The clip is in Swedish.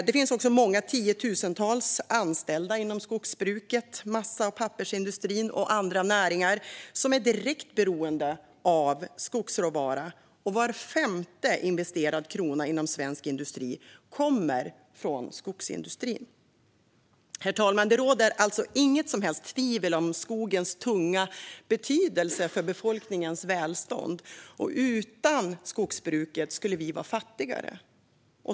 Det finns också många tiotusentals anställda inom skogsbruket, massa och pappersindustrin och andra näringar som är direkt beroende av skogsråvara, och var femte investerad krona inom svensk industri kommer från skogsindustrin. Herr talman! Det råder alltså inget som helst tvivel om skogens stora betydelse för befolkningens välstånd. Utan skogsbruket skulle vi vara fattigare.